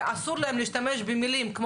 על אף הוראות סעיף 2ז(2) לחוק